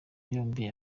yombi